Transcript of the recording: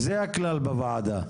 זה הכלל בוועדה.